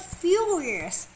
furious